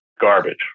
garbage